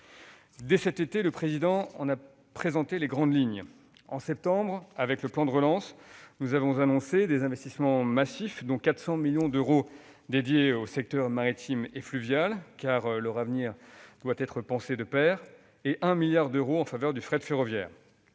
Dès cet été, le Président de la République en a présenté les grandes lignes. En septembre, avec le plan de relance, nous avons annoncé des investissements massifs, dont 400 millions d'euros dédiés aux secteurs maritime et fluvial- leur avenir doit en effet être pensé de pair -, et 1 milliard d'euros en faveur du fret ferroviaire